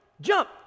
jump